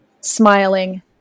smiling